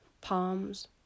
palms